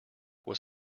was